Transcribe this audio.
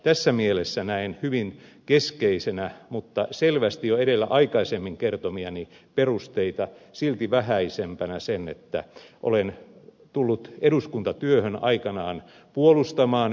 tässä mielessä näen hyvin keskeisenä mutta selvästi jo aikaisemmin kertomiani perusteita silti vähäisempänä sen että olen tullut eduskuntatyöhön aikanaan puolustamaan yrittäjyyttä